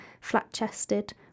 flat-chested